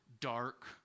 dark